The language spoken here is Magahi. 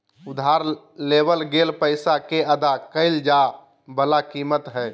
उधार लेवल गेल पैसा के अदा कइल जाय वला कीमत हइ